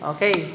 Okay